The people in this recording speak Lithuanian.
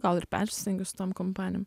gal ir persistengiu su tom kompanijom